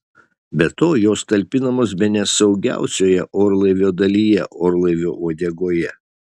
be to jos talpinamos bene saugiausioje orlaivio dalyje orlaivio uodegoje